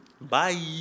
Bye